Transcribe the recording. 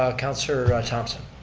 ah councilor thomson.